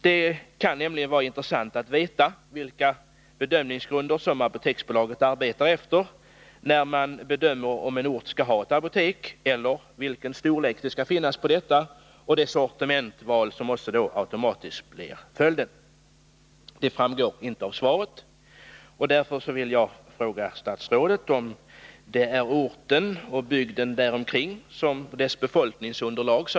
Det skulle nämligen vara intressant att få veta vilka bedömningsgrunder som Apoteksbolaget arbetar efter, när det avgör om en ort skall ha ett apotek och hur stort det så fall skall vara — storleken bestämmer ju automatiskt sortimentet. Men det framgår inte av svaret. Därför vill jag fråga statsrådet vad som är avgörande. Är det orten och bygden däromkring med dess befolkningsunderlag?